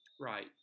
Right